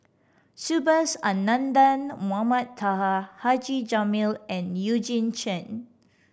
Subhas Anandan Mohamed Taha Haji Jamil and Eugene Chen